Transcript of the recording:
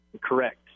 Correct